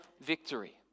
victory